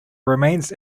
remains